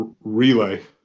Relay